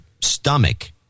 stomach